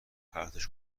پرتش